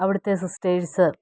അവിടത്തെ സിസ്റ്റേഴ്സ്